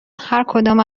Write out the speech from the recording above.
هرکدام